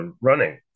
running